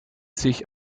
sich